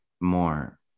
more